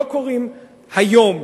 לא קורים היום,